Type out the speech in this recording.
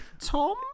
Tom